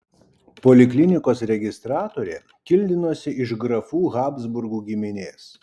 poliklinikos registratorė kildinosi iš grafų habsburgų giminės